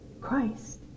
Christ